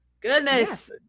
goodness